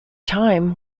time